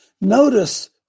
Notice